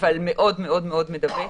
אבל מאוד מאוד מאוד מדבק.